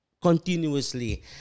Continuously